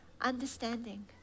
understanding